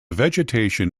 vegetation